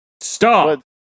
Stop